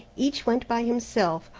each went by himself,